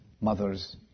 Mothers